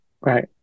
right